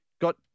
got